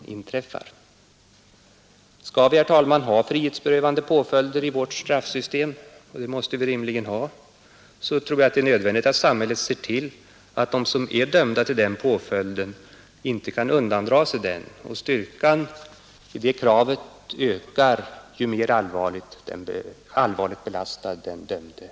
Skall vi, herr talman, ha frihetsberövande påföljder i vårt straffsystem och det måste vi rimligen ha — är det nödvändigt att samhället ser till att de som är dömda till den påföljden inte kan undandra sig den — ju mer allvarligt belastad den dömde är desto mer ökar styrkan i det kravet.